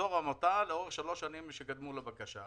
מחזור עמותה לאורך שלוש שנים שקדמו לבקשה,